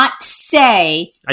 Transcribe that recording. say